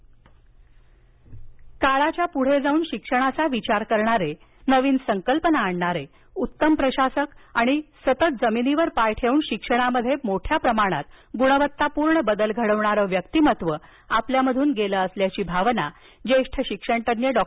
निगवेकर श्रद्धांजली काळाच्या पुढे जाऊन शिक्षणाचा विचार करणारे नवीन संकल्पना आणणारे उत्तम प्रशासक आणि जमिनीवर पाय ठेऊन शिक्षणात मोठ्या प्रमाणात गुणवत्तापूर्ण बदल घडवणारे व्यक्तिमत्व आपल्यातून गेलं असल्याची भावना ज्येष्ठ शिक्षणतज्ञ डॉ